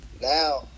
Now